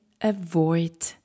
avoid